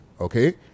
okay